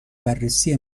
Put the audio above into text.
بررسی